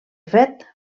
fet